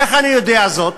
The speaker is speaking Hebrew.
איך אני יודע זאת?